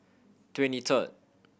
twenty third